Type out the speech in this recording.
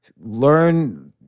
learn